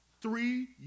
three